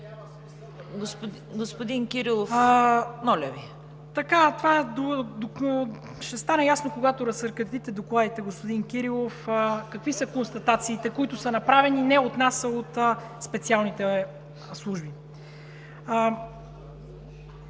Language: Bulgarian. Господин Кирилов, моля Ви. ДИМИТЪР ДАНЧЕВ: Това ще стане ясно, когато разсекретите докладите, господин Кирилов. Какви са констатациите, които са направени не от нас, а от специалните служби?